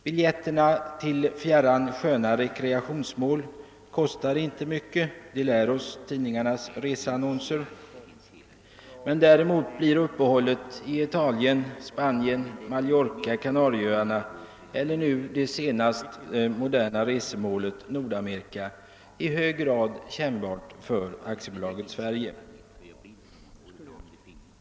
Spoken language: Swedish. Biljetterna till fjärran sköna rekrationsmål kostar inte mycket — det lär oss tidningarnas reseannonser — men däremot blir uppehållet i Italien, Spanien, på Mallorca eller Kanarieöarna eller i det senaste resemålet, Nordafrika, i hög grad kännbart för AB Sverige.